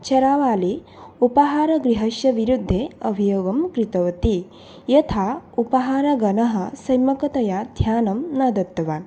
छेरावाली उपाहारगृहस्य विरुद्धे अभियोगं कृतवती यथा उपहारगणः सम्यक्तया ध्यानं न दत्तवान्